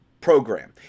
program